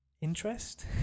interest